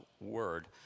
word